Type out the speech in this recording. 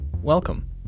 Welcome